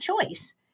choice